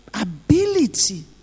ability